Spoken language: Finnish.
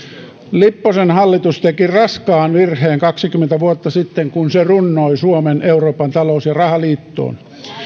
lipposen hallitus teki raskaan virheen kaksikymmentä vuotta sitten kun se runnoi suomen euroopan talous ja rahaliittoon